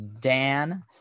Dan